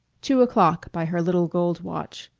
two o'clock by her little gold watch.